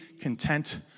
content